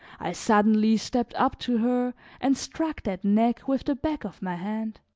i suddenly stepped up to her and struck that neck with the back of my hand.